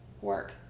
work